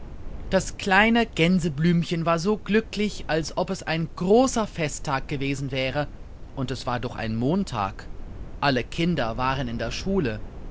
das kleine gänseblümchen war so glücklich als ob es ein großer festtag gewesen wäre und es war doch ein montag alle kinder waren in der schule